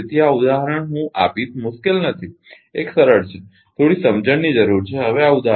તેથી આ ઉદાહરણ હું આપીશ મુશ્કેલ નથી એક સરળ છે થોડી સમજણ જરૂરી છે હવે આ ઉદાહરણ જુઓ